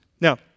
Now